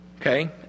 okay